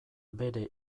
bere